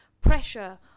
pressure